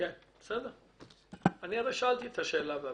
אני הרי שאלתי את השאלה.